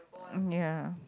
mm ya